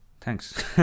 thanks